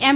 એમ